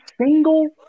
single